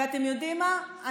ואתם יודעים מה?